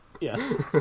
yes